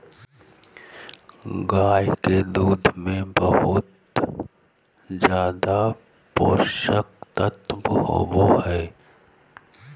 गाय के दूध में बहुत ज़्यादे पोषक तत्व होबई हई